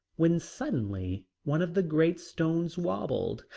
when suddenly one of the great stones wobbled,